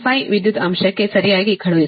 75 ವಿದ್ಯುತ್ ಅಂಶಕ್ಕೆ ಸರಿಯಾಗಿ ಕಳುಹಿಸುತ್ತದೆ